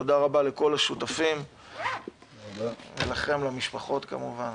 תודה רבה לכל השותפים, ולכם למשפחות כמובן.